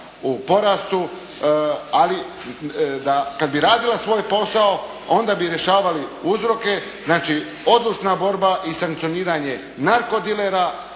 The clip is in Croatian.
u porastu ali kad bi radila svoj posao onda bi rješavali uzroke. Znači, odlučna borba i sankcioniranje narko dilera,